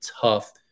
tough